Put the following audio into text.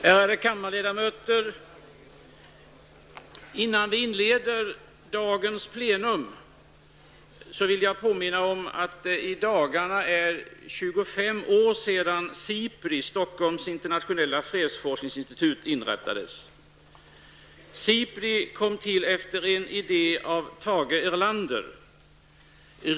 Ärade kammarledamöter! Innan vi inleder dagens plenum, vill jag påminna om att det i dagarna är 25 år sedan SIPRI, Stockholms SIPRI kom till efter en idé av Tage Erlander.